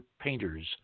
painters